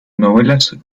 novelas